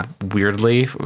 weirdly